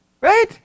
Right